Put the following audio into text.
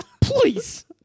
Please